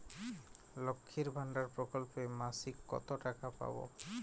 লক্ষ্মীর ভান্ডার প্রকল্পে মাসিক কত টাকা পাব?